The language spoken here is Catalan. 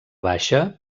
baixa